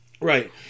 Right